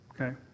okay